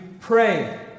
pray